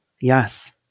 yes